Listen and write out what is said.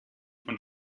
von